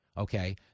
Okay